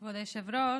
כבוד היושב-ראש,